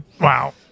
Wow